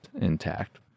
intact